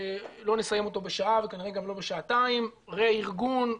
לא נסיים אותו בשעה וכנראה גם לא בשעתיים רה ארגון?